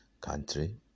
country